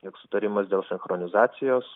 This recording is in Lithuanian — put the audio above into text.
tiek sutarimas dėl sinchronizacijos